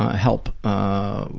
help, ah,